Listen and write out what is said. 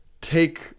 take